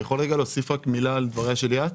אני יכול להוסיף מילה על דבריה של ליאת?